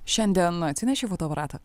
šiandien atsinešei fotoaparatą